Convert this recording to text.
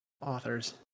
authors